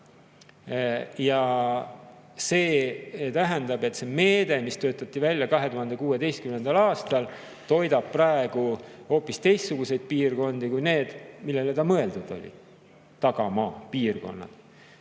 Ja see tähendab, et see meede, mis töötati välja 2016. aastal, toidab praegu hoopis teistsuguseid piirkondi kui need, millele ta mõeldud oli – tagamaa piirkondadele.